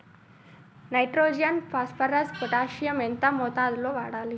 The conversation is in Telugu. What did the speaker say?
నైట్రోజన్ ఫాస్ఫరస్ పొటాషియం ఎంత మోతాదు లో వాడాలి?